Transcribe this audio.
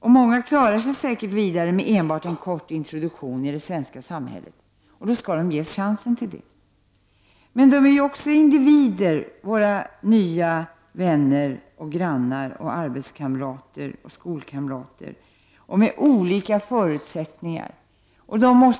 Och många klarar sig säkert vidare efter enbart en kort introduktion i det svenska samhället, och då skall de ges denna chans. Men de är också individer, våra nya vänner, grannar, arbetskamrater, skolkamrater, och de har olika förutsättningar.